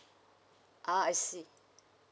ah I see